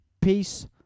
Peace